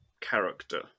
character